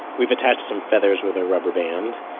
we've attached some feathers with a rubber band